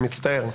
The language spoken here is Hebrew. מצטער.